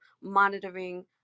monitoring